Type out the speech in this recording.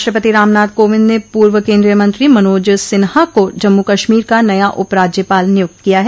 राष्ट्रपति रामनाथ कोविंद ने पूर्व केन्द्रीय मंत्री मनोज सिन्हा को जम्मू कश्मीर का नया उपराज्यपाल नियुक्त किया है